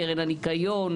קרן הניקיון,